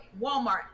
Walmart